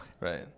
Right